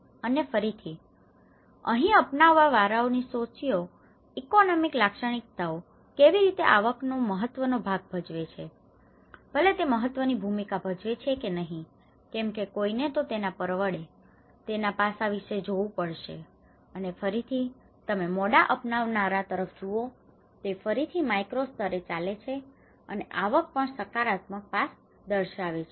અને ફરીથી અહીં અપનાવનારાઓની સોસિઓ ઇકોનોમિક લાક્ષણિકતાઓ કેવી રીતે આવક મહત્વનો ભાગ ભજવે છે ભલે તે મહત્વની ભૂમિકા ભજવે છે કે નહિ કેમ કે કોઈને તો તેના પરવડે તેના પાસા વિશે જોવું પડશે અને ફરીથી તમે મોડા અપનાવનારા તરફ જુઓ તે ફરીથી માઈક્રો સ્તરે ચાલે છે અને આવક પણ સકારાત્મક પાસ દર્શાવે છે